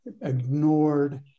ignored